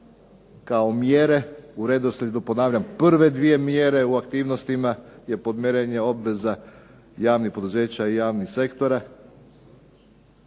kao mjere u redoslijedu ponavljam prve dvije mjere u aktivnostima je podmirenje obveza javnih poduzeća i javnih sektora.